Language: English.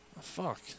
Fuck